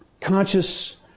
conscious